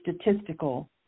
statistical